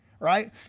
right